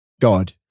God